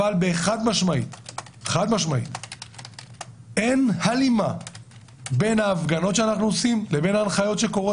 אבל חד משמעית אין הלימה בין ההפגנות שאנחנו עושים לבין ההנחיות שיש,